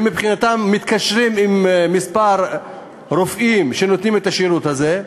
הן מבחינתן מתקשרות עם כמה רופאים שנותנים את השירות הזה,